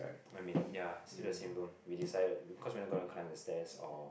I mean ya still the same room we decided cause we are not gonna climb the stairs or